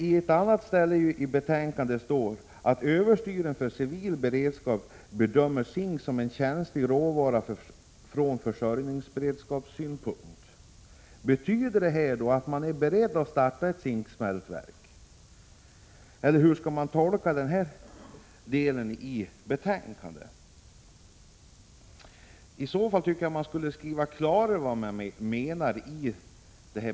På ett annat ställe i betänkandet står nämligen: ”Överstyrelsen för civil beredskap bedömer zink som en känslig råvara från försörjningsberedskapssynpunkt.” Betyder detta att man är beredd att starta ett zinksmältverk, eller hur skall man tolka denna del i betänkandet? Jag anser att man borde skriva på ett klarare sätt i betänkandet vad man menar.